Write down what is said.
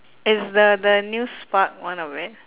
is the the new spark one of it